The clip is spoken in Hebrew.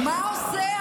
הוא לא אמר את זה.